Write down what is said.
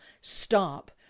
stop